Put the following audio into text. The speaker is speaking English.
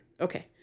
Okay